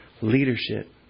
leadership